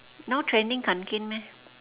now trending kanken meh